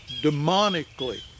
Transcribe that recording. demonically